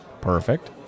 Perfect